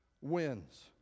wins